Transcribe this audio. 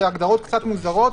זה הגדרות קצת מוזרות,